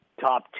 top